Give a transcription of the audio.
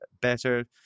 better